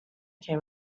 came